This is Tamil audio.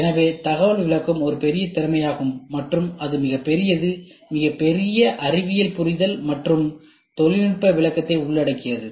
எனவே தகவல் விளக்கம் ஒரு பெரிய திறமையாகும் மற்றும் அது மிகப்பெரியது இது மிகப்பெரிய அறிவியல் புரிதல் மற்றும் தொழில்நுட்ப விளக்கத்தை உள்ளடக்கியது